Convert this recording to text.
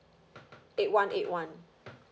eight one eight one